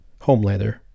Homelander